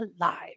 alive